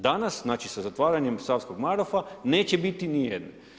Danas, znači sa zatvaranjem Savskog Marofa neće biti niti jedne.